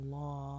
law